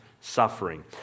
suffering